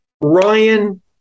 ryan